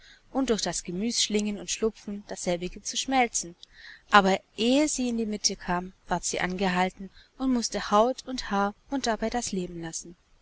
und durch das gemüß schlingen und schlupfen dasselbige zu schmelzen aber ehe sie in die mitte kame ward sie angehalten und mußte haut und haar und dabei das leben lassen